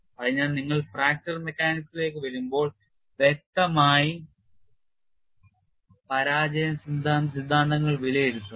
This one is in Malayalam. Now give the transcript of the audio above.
അതിനാൽ നിങ്ങൾ ഫ്രാക്ചർ മെക്കാനിക്സിലേക്ക് വരുമ്പോൾ വ്യക്തമായി പരാജയ സിദ്ധാന്തങ്ങൾ പലതായിരിക്കും